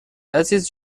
عزیز